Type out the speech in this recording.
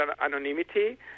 anonymity